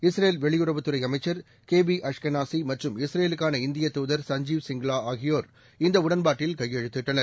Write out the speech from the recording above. Israel வெளியுறவுத் துறைஅமைச்சர் Gabi அஷ்கெனாசிமற்றும் இஸ்ரேலுக்கான இந்தியதூதர் சஞ்சீவ் சிங்லாஆகியோர் இந்தஉடன்பாட்டில் கையெழுத்திட்டனர்